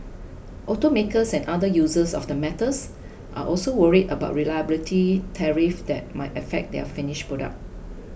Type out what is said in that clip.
automakers and other users of the metals are also worried about retaliatory tariffs that might affect their finished products